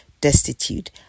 destitute